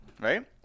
right